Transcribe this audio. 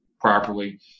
properly